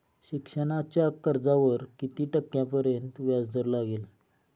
शिक्षणाच्या कर्जावर किती टक्क्यांपर्यंत व्याजदर लागेल?